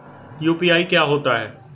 UPI क्या होता है?